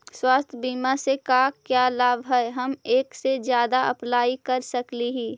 स्वास्थ्य बीमा से का क्या लाभ है हम एक से जादा अप्लाई कर सकली ही?